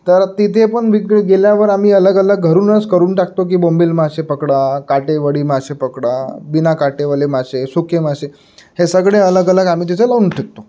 तर तिथे पण विक्री गेल्यावर आम्ही अलगअलग घरूनच करून टाकतो की बोंबिल मासे पकडा काटेवडी मासे पकडा बिना काटेवाले मासे सुके मासे हे सगळे अलगअलग आम्ही तिथे लावून ठिकतो